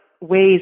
ways